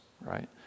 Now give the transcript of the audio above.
right